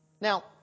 Now